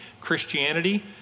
Christianity